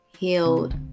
healed